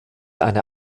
eine